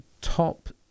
Top